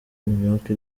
imyuka